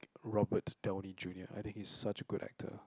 Robert-Downey-Junior I think he's such a good actor